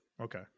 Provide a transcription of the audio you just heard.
Okay